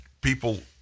people